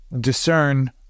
discern